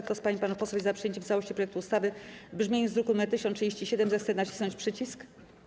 Kto z pań i panów posłów jest za przyjęciem w całości projektu ustawy w brzmieniu z druku nr 1037, zechce nacisnąć przycisk.